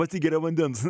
atsigeria vandens